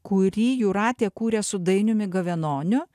kurį jūratė kūrė su dainiumi gavenoniu